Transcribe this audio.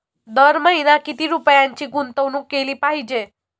दर महिना किती रुपयांची गुंतवणूक केली पाहिजे?